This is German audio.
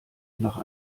nach